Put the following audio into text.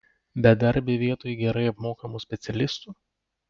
bedarbiai vietoj gerai apmokamų specialistų